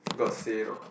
got say or not